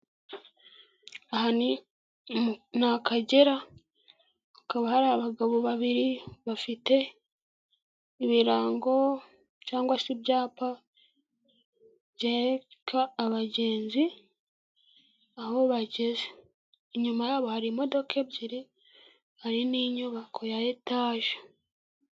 Aha ni Akagera hakaba hari abagabo babiri bafite ibirango cyangwa se ibyapa byereka abagenzi aho bageze, inyuma yabo hari imodoka ebyiri hari n'inyubako ya etaje.